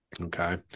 Okay